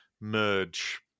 merge